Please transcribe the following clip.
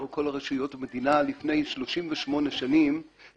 העיקרון הוא שיש מקום לרועי צאן שחיים בשטח.